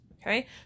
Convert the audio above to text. Okay